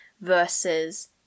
versus